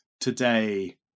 Today